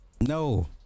no